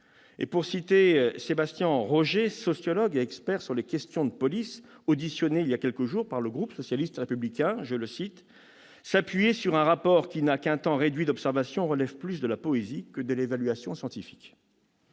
de citer Sebastian Roché, sociologue et expert des questions de police, auditionné voilà quelques jours par le groupe socialiste et républicain :« S'appuyer sur un rapport qui n'a qu'un temps d'observation réduit relève plus de la poésie que de l'évaluation scientifique.